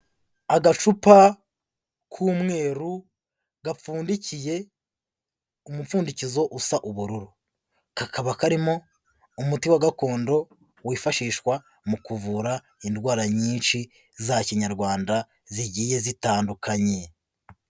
Agacupa k'umweru, gapfundikiye umupfundikizo usa ubururu, kakaba karimo umuti wa gakondo wifashishwa mu kuvura indwara nyinshi za Kinyarwanda zigiye zitandukanye.